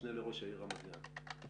משנה לראש העיר רמת גן.